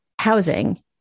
housing